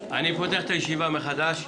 הזו שנקראת החינוך המיוחד,